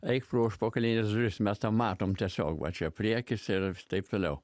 eik pro užpakalines duris mes matom tiesiog va čia priekis ir taip toliau